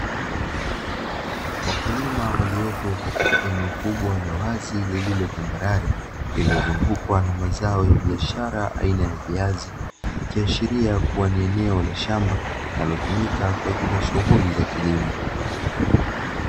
Wakulima waliopo katika eneo kubwa la wazi lililotambarare lililozungukwa na mazao ya biashara aina ya viazi, ikiashiria kuwa ni eneo la shamba linalotumika kwa ajili ya shughuli za kilimo.